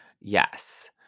Yes